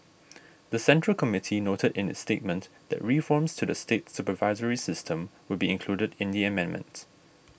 the Central Committee noted in the statement that reforms to the state supervisory system would be included in the amendment